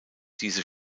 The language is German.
diese